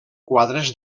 quadres